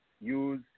use